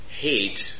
hate